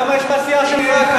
כמה יש מהסיעה שלך כאן?